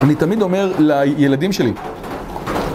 אני תמיד אומר לילדים שלי